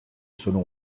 selon